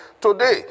today